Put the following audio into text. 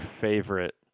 favorite